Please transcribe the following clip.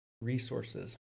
Resources